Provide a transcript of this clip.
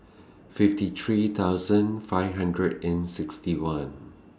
fifty three thousand five hundred and sixty one